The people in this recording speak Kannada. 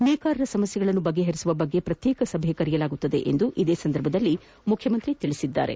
ನೇಕಾರರ ಸಮಸ್ಥೆಗಳನ್ನು ಬಗೆಹರಿಸುವ ಬಗ್ಗೆ ಪ್ರತ್ಯೇಕ ಸಭೆ ಕರೆಯಲಾಗುವುದು ಎಂದು ಇದೇ ಸಂದರ್ಭದಲ್ಲಿ ಮುಖ್ಯಮಂತ್ರಿ ತಿಳಿಸಿದ್ದಾರೆ